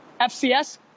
FCS